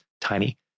tiny